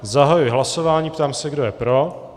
Zahajuji hlasování a ptám se, kdo je pro.